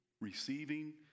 receiving